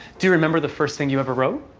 do you remember the first thing you ever wrote?